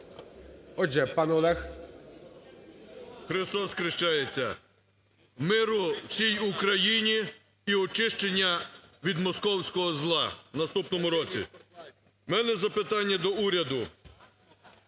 БАРНА О.С. Христосхрещається! Миру всій Україні і очищення від московського зла в наступному році. У мене запитання до уряду.